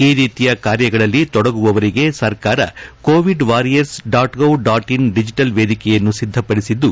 ಈ ರೀತಿಯ ಕಾರ್ಯಗಳಲ್ಲಿ ತೊಡಗುವವರಿಗಾಗಿ ಸರ್ಕಾರ ಕೋವಿಡ್ ವಾರಿಯರ್ಲ್ ಡಾಟ್ಗೌಡಾಟ್ಇನ್ ಡಿಜೆಟಲ್ ವೇದಿಕೆಯನ್ನು ಸಿದ್ದಪಡಿಸಿದ್ದು